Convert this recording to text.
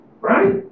Right